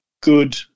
good –